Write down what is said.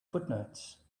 footnotes